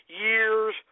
years